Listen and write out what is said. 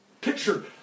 picture